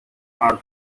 are